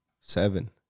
seven